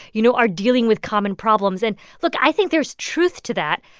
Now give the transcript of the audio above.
you know, are dealing with common problems. and look i think there's truth to that.